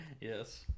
Yes